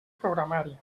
programari